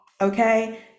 okay